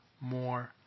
more